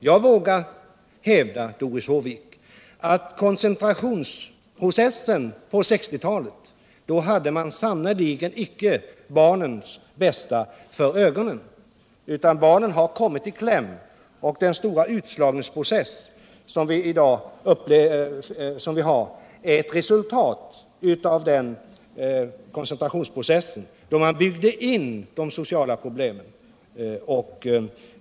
Jag vågar hävda, Doris Håvik, att man under koncentrationsprocessen på 1960-talet sannerligen icke hade barnens bästa för ögonen. Barnen har kommit i kläm, och den stora utslagningsprocess som vi har är ett resultat av koncentrationsprocessen, då man byggde in de sociala problemen.